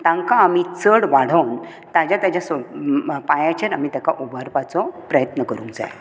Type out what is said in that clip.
तांकां आमी चड वाडोवंक ताच्या ताच्या पायांचेर आमी ताका उबारपाचो प्रयत्न करूंक जाय